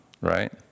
right